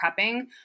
prepping